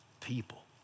people